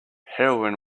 heroin